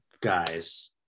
guys